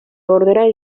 ordre